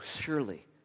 surely